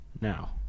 now